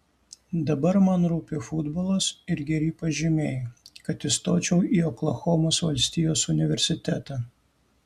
dabar man rūpi futbolas ir geri pažymiai kad įstočiau į oklahomos valstijos universitetą